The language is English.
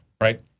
right